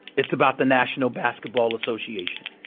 it's about the national basketball association.